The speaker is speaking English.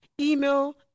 Email